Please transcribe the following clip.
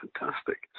fantastic